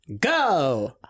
Go